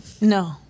No